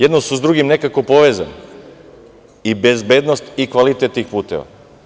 Jedno su sa drugim nekako povezani i bezbednost i kvalitet tih puteva.